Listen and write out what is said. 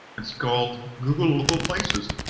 it is called google local places.